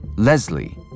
Leslie